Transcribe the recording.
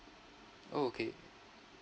oh okay